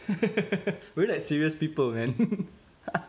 we're like serious people man